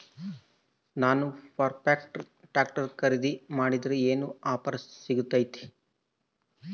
ನಾನು Farmtrac tractor ಖರೇದಿ ಮಾಡಿದ್ರೆ ಏನು ಆಫರ್ ಸಿಗ್ತೈತಿ?